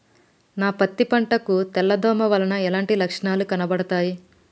నా పత్తి పంట కు తెల్ల దోమ వలన ఎలాంటి లక్షణాలు కనబడుతాయి?